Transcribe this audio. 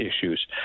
issues